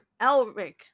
Elric